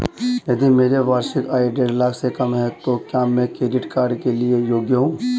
यदि मेरी वार्षिक आय देढ़ लाख से कम है तो क्या मैं क्रेडिट कार्ड के लिए योग्य हूँ?